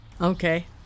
Okay